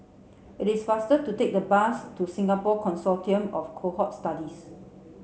it is faster to take the bus to Singapore Consortium of Cohort Studies